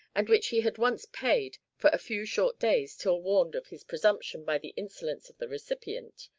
and which he had once paid for a few short days till warned of his presumption by the insolence of the recipient,